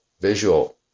visual